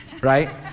right